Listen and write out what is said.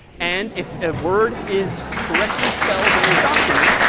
and if a word is correctly spelled in your document,